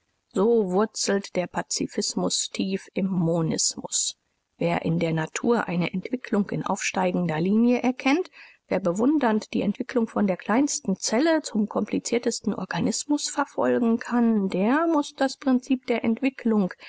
so wurzelt der pazifism tief im monism wer in der natur eine entwicklung in aufsteigender linie erkennt wer bewundernd die entwicklung von der kleinsten zelle zum kompliciertesten organismus verfolgen kann der muß das prinzip der entwicklung